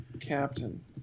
Captain